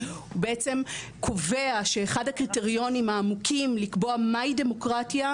בעצם קובע שאחד הקריטריונים העמוקים לקבוע מהי דמוקרטיה,